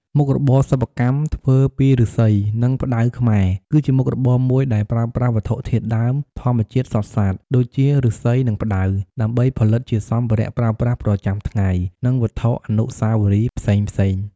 មុខរបរសិប្បកម្មធ្វើពីឫស្សី និងផ្តៅខ្មែរ គឺជាមុខរបរមួយដែលប្រើប្រាស់វត្ថុធាតុដើមធម្មជាតិសុទ្ធសាធ ដូចជា ឫស្សី និងផ្តៅ ដើម្បីផលិតជាសម្ភារៈប្រើប្រាស់ប្រចាំថ្ងៃ និងវត្ថុអនុស្សាវរីយ៍ផ្សេងៗ។